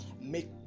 make